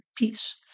peace